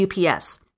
UPS